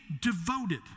devoted